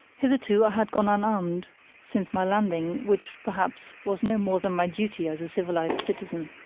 hitherto i had gone unarmed since my landing, which, perhaps, was no more than my duty as a civilized citizen.